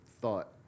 thought